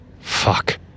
Fuck